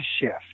shift